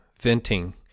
venting